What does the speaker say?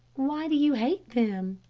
why do you hate them?